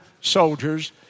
soldiers